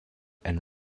and